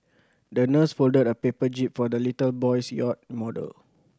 the nurse folded a paper jib for the little boy's yacht model